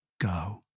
go